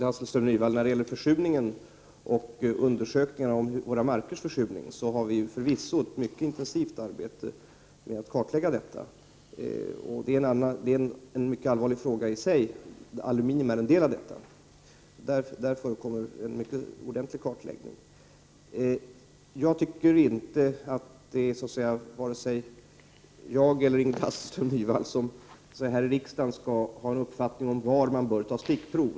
Herr talman! När det gäller undersökningar av försurningen i marken så utförs förvisso ett mycket intensivt arbete med att kartlägga detta. Det är en i och för sig mycket allvarlig fråga — aluminium är en del av den. Och där förekommer alltså en ordentlig kartläggning. Jag tycker inte att det är vare sig jag eller Ingrid Hasselström Nyvall som här i riksdagen skall ha en uppfattning om var man bör ta stickprov.